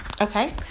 okay